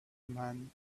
man